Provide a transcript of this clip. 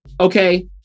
okay